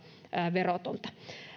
verotonta